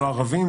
לא ערבים,